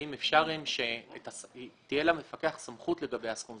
האם אפשר שתהיה למפקח סמכות לגבי הסכום?